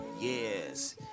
Yes